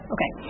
Okay